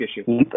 issue